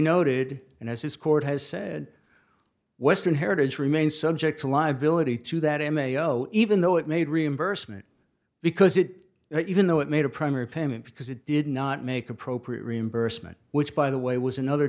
noted and as this court has said western heritage remains subject to live delivery to that m a o even though it made reimbursement because it now even though it made a primary payment because it did not make appropriate reimbursement which by the way was another